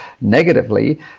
negatively